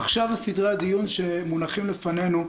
עכשיו, סדרי הדיון שמונחים לפנינו,